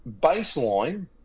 baseline